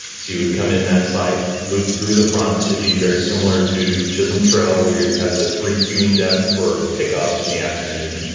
so, you would come in that site, loop through the front. it'd be very similar to chisholm trail where you'd have the three queuing depth for pickup in the afternoon,